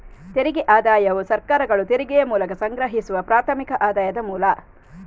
ತೆರಿಗೆ ಆದಾಯವು ಸರ್ಕಾರಗಳು ತೆರಿಗೆಯ ಮೂಲಕ ಸಂಗ್ರಹಿಸುವ ಪ್ರಾಥಮಿಕ ಆದಾಯದ ಮೂಲ